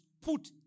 put